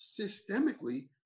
systemically